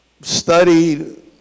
studied